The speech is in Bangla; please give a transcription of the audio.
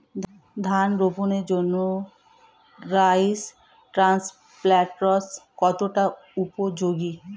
ধান রোপণের জন্য রাইস ট্রান্সপ্লান্টারস্ কতটা উপযোগী?